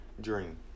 dream